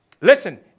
listen